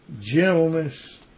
gentleness